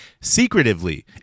secretively